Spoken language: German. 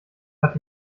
hat